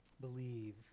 believe